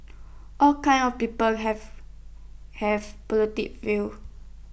all kinds of people have have politic views